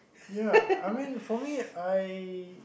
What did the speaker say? ya I mean for me I